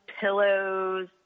pillows